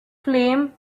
flame